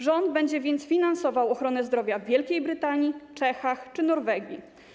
Rząd będzie więc finansował ochronę zdrowia w Wielkiej Brytanii, Czechach czy Norwegii.